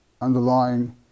underlying